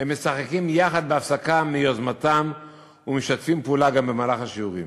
משחקים יחד בהפסקה מיוזמתם ומשתפים פעולה גם במהלך השיעורים.